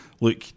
look